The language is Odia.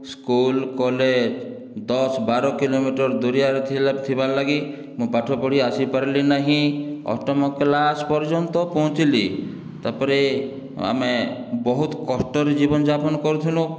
ସ୍କୁଲ କଲେଜ ଦଶ ବାର କିଲୋମିଟର ଦୁରିଆରେ ଥିଲା ଥିବାର୍ ଲାଗି ମୁଁ ପାଠ ପଢ଼ି ଆସିପାରିଲି ନାହିଁ ଅଷ୍ଟମ କ୍ଳାସ ପର୍ଯ୍ୟନ୍ତ ପହଞ୍ଚିଲି ତା'ପରେ ଆମେ ବହୁତ କଷ୍ଟରେ ଜୀବନ ଯାପନ କରୁଥିଲୁଁ